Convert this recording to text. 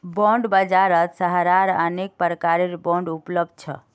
bond बाजारत सहारार अनेक प्रकारेर बांड उपलब्ध छ